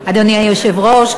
אדוני היושב-ראש,